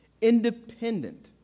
independent